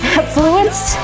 affluence